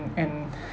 and